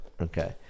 Okay